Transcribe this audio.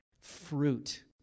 fruit